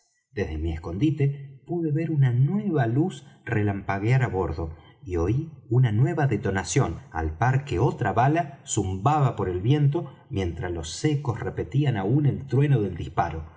desde mi escondite pude ver una nueva luz relampaguear á bordo y oí una nueva detonación al par que otra bala zumbaba por el viento mientras los ecos repetían aun el trueno del disparo